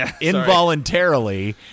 involuntarily